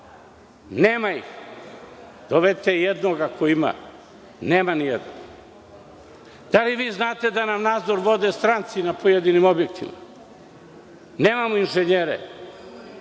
Nema ih. Dovedite jednog, ako ima. Nema nijednog. Da li vi znate da nam nadzor vode stranci na pojedinim objektima? Nemam inženjere.